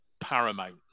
paramount